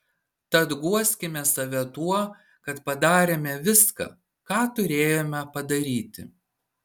tad guoskime save tuo kad padarėme viską ką turėjome padaryti